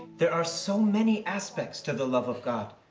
there are so many aspects to the love of god.